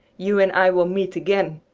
you and i will meet again!